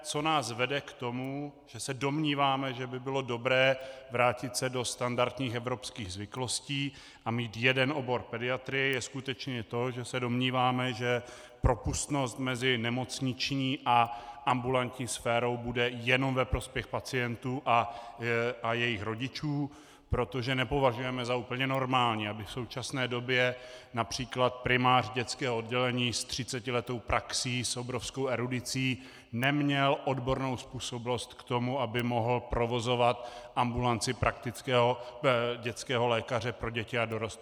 Co nás vede k tomu, že se domníváme, že by bylo dobré vrátit se do standardních evropských zvyklostí a mít jeden obor pediatrie, je skutečně to, že se domníváme, že propustnost mezi nemocniční a ambulantní sférou bude jenom ve prospěch pacientů a jejich rodičů, protože nepovažujeme za úplně normální, aby v současné době například primář dětského oddělení s třicetiletou praxí, s obrovskou erudicí neměl odbornou způsobilost k tomu, aby mohl provozovat ambulanci dětského lékaře pro děti a dorost.